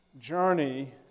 journey